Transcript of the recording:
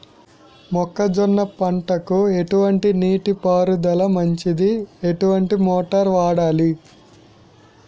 మొక్కజొన్న పంటకు ఎటువంటి నీటి పారుదల మంచిది? ఎటువంటి మోటార్ వాడాలి?